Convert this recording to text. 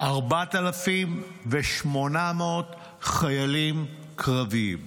4,800 חיילים קרביים.